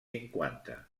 cinquanta